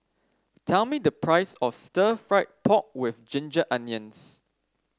tell me the price of Stir Fried Pork with Ginger Onions